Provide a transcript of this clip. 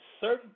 certain